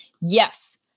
Yes